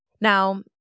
Now